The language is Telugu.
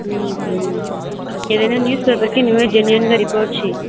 ఏదైనా న్యూస్ పేపర్కి నువ్వే జన్యూన్గా రిపోర్ట్ చేయి